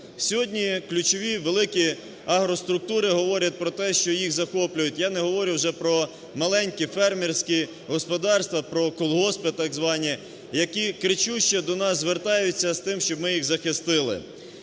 Сьогодні ключові великі агроструктури говорять про те, що їх захоплюють, я не говорю вже про маленькі фермерські господарства, про колгоспи так звані, які кричуще до нас звертаються з тим, щоб ми їх захистили.